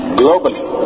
globally